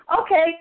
Okay